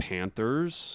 Panthers